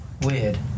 Weird